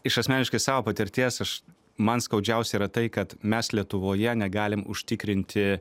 iš asmeniškai savo patirties aš man skaudžiausia yra tai kad mes lietuvoje negalim užtikrinti